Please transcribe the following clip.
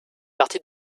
partie